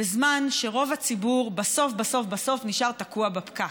בזמן שרוב הציבור בסוף בסוף בסוף נשאר תקוע בפקק.